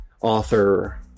author